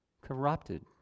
corrupted